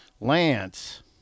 Lance